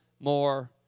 more